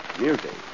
Music